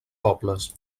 pobles